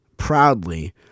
proudly